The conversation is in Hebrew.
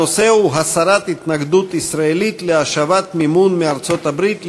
הנושא הוא: הסרת התנגדות ישראלית להשבת מימון מארצות-הברית לאונסק"ו.